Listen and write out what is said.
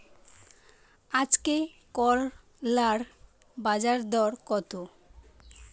আজকে করলার বাজারদর কত?